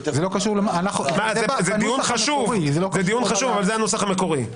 זה דיון חשוב, אבל זה הנוסח המקורי.